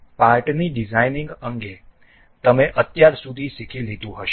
પાર્ટની designing અંગે તમે અત્યાર સુધી શીખી લીધું હશે